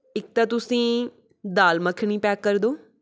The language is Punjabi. ਇੱਕ ਤਾਂ ਤੁਸੀਂ ਦਾਲ ਮੱਖਣੀ ਪੈਕ ਕਰ ਦਿਉ